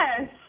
yes